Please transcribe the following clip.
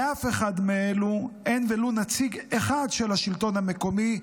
באף אחד מאלו אין ולו נציג אחד של השלטון המקומי,